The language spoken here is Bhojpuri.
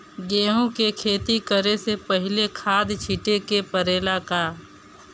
गेहू के खेती करे से पहिले खाद छिटे के परेला का?